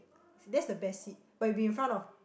that's the best seat but you'll be in front of